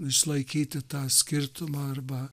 išlaikyti tą skirtumą arba